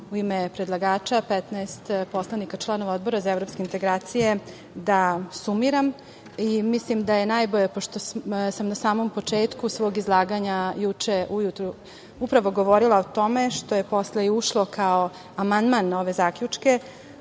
u ime predlagača 15 poslanika članova Odbora za evropske integracije da sumiram. Mislim da je najbolje, pošto sam na samom početku svog izlaganja juče ujutru upravo govorila o tome, što je posle i ušlo kao amandman na ove zaključke,